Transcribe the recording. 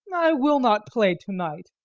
i will not play to-night.